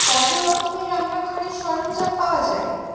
কত রকমের রান্নাঘরের সরঞ্জাম পাওয়া যায়